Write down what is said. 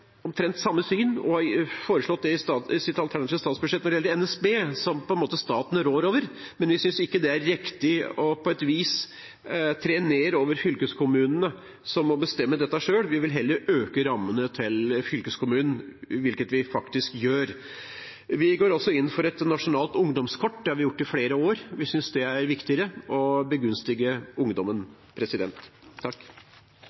omtrent det samme synet og har foreslått det i sitt alternative statsbudsjett når det gjelder NSB, som staten – på en måte – rår over. Men vi synes ikke det er riktig å træ dette ned over fylkeskommunene, som må bestemme dette selv. Vi vil heller øke rammene til fylkeskommunene, hvilket vi faktisk gjør. Vi går også inn for et nasjonalt ungdomskort – det har vi gjort i flere år – for vi synes det er viktigere å begunstige ungdommen.